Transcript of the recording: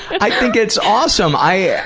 i think it's awesome. i